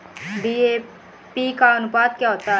DAP का अनुपात क्या होता है?